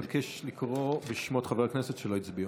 אבקש לקרוא בשמות חברי הכנסת שלא הצביעו.